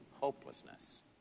Hopelessness